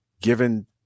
given